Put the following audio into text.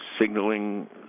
signaling